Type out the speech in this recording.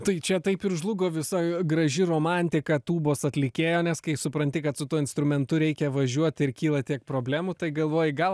tai čia taip ir žlugo visa graži romantika tūbos atlikėjo nes kai supranti kad su tuo instrumentu reikia važiuot ir kyla tiek problemų tai galvoji gal